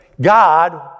God